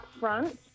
upfront